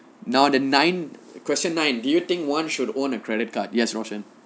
now the ninth question nine do you think one should own a credit card yes rocient